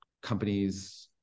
companies